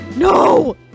No